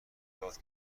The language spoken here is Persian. داد